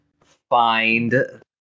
find